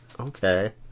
Okay